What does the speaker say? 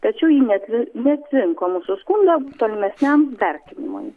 tačiau ji neat neatrinko mūsų skundo tolimesniam vertinimui